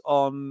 on